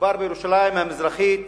מדובר בירושלים המזרחית,